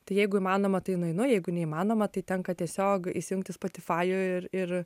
tai jeigu įmanoma tai nueinu jeigu neįmanoma tai tenka tiesiog įsijungti spotifajų ir ir